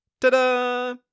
Ta-da